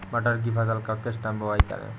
मटर की फसल का किस टाइम बुवाई करें?